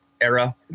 era